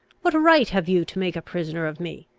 what right have you to make a prisoner of me?